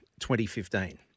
2015